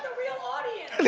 real audience. they